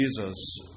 Jesus